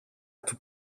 του